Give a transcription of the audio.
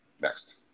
Next